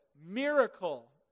miracle